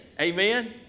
Amen